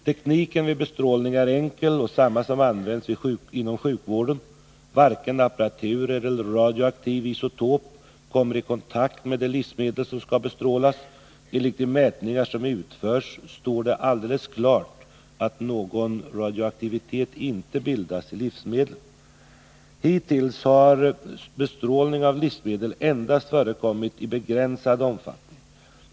Tekniken vid bestrålning är enkel och samma som används inom sjukvården. Varken apparatur eller radioaktiv isotop kommer i kontakt med det livsmedel som skall bestrålas. Enligt de mätningar som utförts står det alldeles klart att någon radioaktivitet inte bildas i livsmedlet. Hittills har bestrålning av livsmedel endast förekommit i begränsad omfattning.